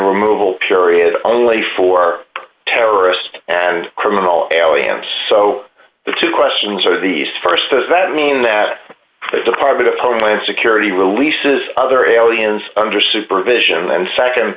removal period only for terrorist and criminal alliums so the two questions are these st does that mean that the department of homeland security releases other aliens under supervision and